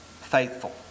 faithful